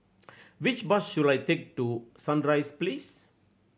which bus should I take to Sunrise Place